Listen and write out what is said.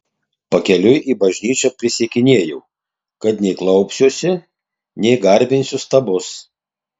pakeliui į bažnyčią prisiekinėjau kad nei klaupsiuosi nei garbinsiu stabus